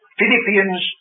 Philippians